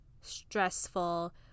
stressful